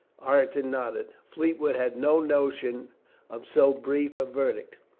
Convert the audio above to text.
ireton nodded. fleetwood had no notion of so brief a verdict.